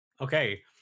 Okay